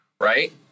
Right